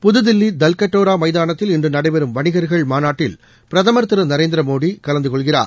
புதுதில்லி தல்கட்டோரா மைதானத்தில் இன்று நடைபெறும் வணிகர்கள் மாநாட்டில் பிரதமர் திரு நரேந்திர மோடி கலந்துகொள்கிறார்